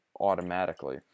automatically